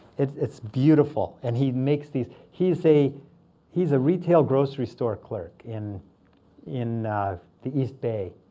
it's it's beautiful. and he makes these. he's a he's a retail grocery store clerk in in the east bay.